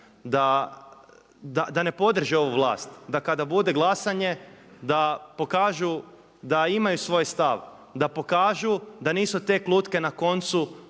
da ne podrže ovu vlast. Da kada bude glasanje da pokažu da imaju svoj stav, da pokažu da nisu tek lutke na koncu